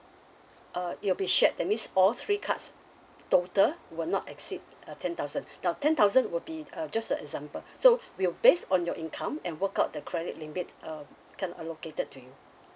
uh it will be shared that means all three cards total will not exceed uh ten thousand now ten thousand will be uh just a example so we'll base on your income and work out the credit limit uh can allocated to you